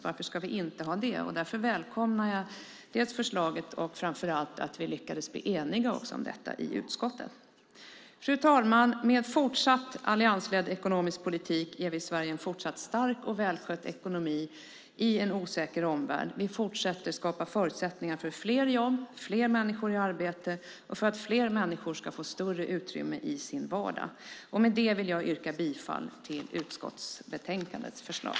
Varför ska vi inte ha det? Jag välkomnar därför både förslaget och att vi lyckades bli eniga om detta i utskottet. Fru talman! Med fortsatt alliansledd ekonomisk politik ger vi Sverige en stark och välskött ekonomi i en osäker omvärld. Vi fortsätter att skapa förutsättningar för fler jobb och fler människor i arbete. Vi skapar förutsättningar för att fler människor ska få större utrymme i sin vardag. Med det yrkar jag bifall till utskottsbetänkandets förslag.